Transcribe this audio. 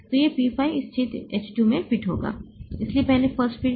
तो यह P 5 इस छेद H 2 में फिट होगा इसलिए पहले फिट